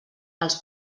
els